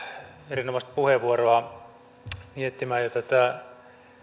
erinomaista puheenvuoroa ja tätä